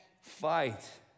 fight